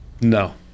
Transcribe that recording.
No